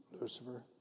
Lucifer